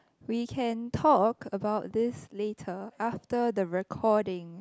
we can talk about this later after the recording